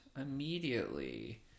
immediately